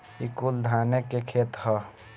ई कुल धाने के खेत ह